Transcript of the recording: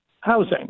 housing